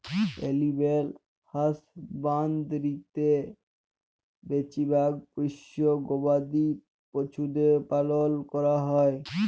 animal হাসবাঁদরিতে বেছিভাগ পোশ্য গবাদি পছুদের পালল ক্যরা হ্যয়